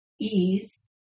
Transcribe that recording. ease